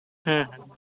ᱦᱩᱸ ᱦᱩᱸ